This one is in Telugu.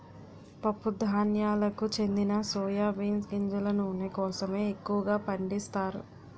పప్పు ధాన్యాలకు చెందిన సోయా బీన్ గింజల నూనె కోసమే ఎక్కువగా పండిస్తారు